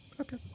Okay